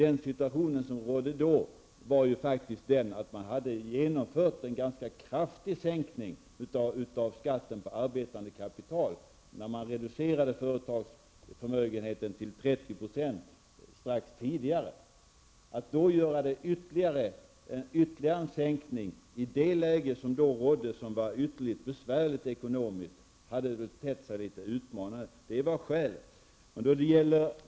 Den situation som rådde då var att man hade genomfört en ganska kraftig sänkning av skatten på arbetande kapital, när man strax tidigare hade reducerat företagsförmögenheten till 30 %. Att göra ytterligare en sänkning i det läge som då rådde och som var ytterst besvärligt ekonomiskt hade väl tett sig litet utmanande. Det var skälet.